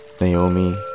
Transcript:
Naomi